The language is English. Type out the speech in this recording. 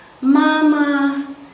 Mama